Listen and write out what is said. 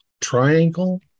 triangle